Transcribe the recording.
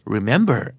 Remember